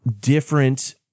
different